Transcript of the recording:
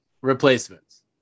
replacements